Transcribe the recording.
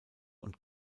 und